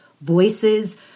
Voices